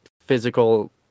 physical